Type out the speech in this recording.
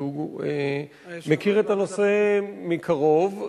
שמכיר את הנושא מקרוב,